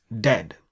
dead